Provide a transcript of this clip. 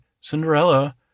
Cinderella